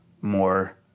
more